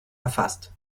erfasst